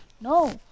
No